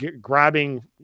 grabbing